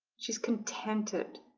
she's contented.